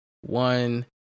one